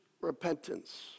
repentance